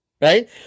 Right